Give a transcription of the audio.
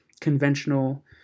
conventional